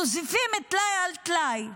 מוסיפים טלאי על טלאי,